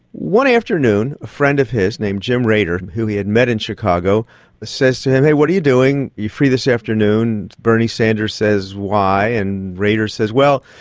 one afternoon a friend of his named jim rader who he had met in chicago says to him, hey, what are you doing, are you free this afternoon? bernie sanders says, why? and rader says, well,